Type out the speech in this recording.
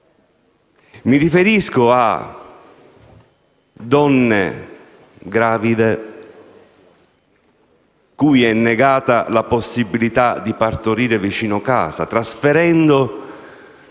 mi riferisco a donne gravide cui è negata la possibilità di partorire vicino casa, trasferendo